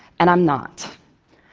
and i'm not.